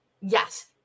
yes